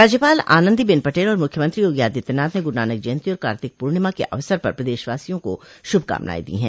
राज्यपाल आनंदीबेन पटेल और मुख्यमंत्री योगी आदित्यनाथ ने गुरू नानक जयन्ती और कार्तिक पूर्णिमा के अवसर पर प्रदेशवासियों को शुभकामनाएं दी हैं